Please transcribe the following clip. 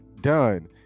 done